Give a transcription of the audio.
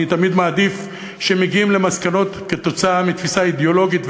אני תמיד מעדיף שמגיעים למסקנות מתוך תפיסה אידיאולוגית,